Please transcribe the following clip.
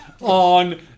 on